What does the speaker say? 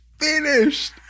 finished